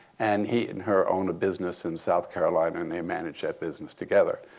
and he and her own a business in south carolina, and they manage that business together.